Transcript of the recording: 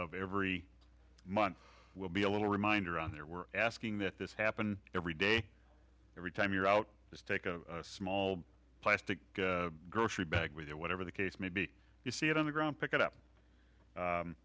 of every month will be a little reminder on there we're asking that this happen every day every time you're out just take a small plastic grocery bag with it whatever the case may be you see it on the ground pick it up